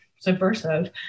subversive